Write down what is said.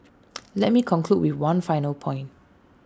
let me conclude with one final point